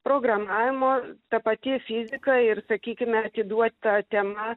programavimo ta pati fizika ir sakykime atiduota tema